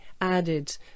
added